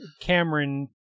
Cameron